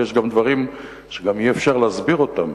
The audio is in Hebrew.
ויש גם דברים שאי-אפשר להסביר אותם.